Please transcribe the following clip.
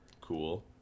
Cool